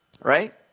right